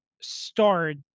start